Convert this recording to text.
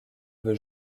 veut